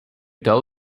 tell